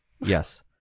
Yes